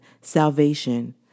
Salvation